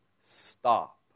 stop